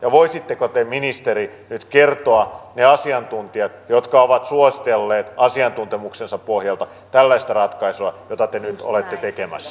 ja voisitteko te ministeri nyt kertoa ne asiantuntijat jotka ovat suositelleet asiantuntemuksensa pohjalta tällaista ratkaisua jota te nyt olette tekemässä